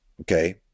okay